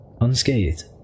unscathed